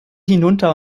hinunter